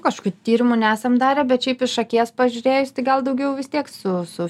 kažkokių tyrimų nesam darę bet šiaip iš akies pažiūrėjus tai gal daugiau vis tiek su su